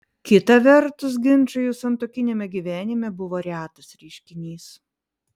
kita vertus ginčai jų santuokiniame gyvenime buvo retas reiškinys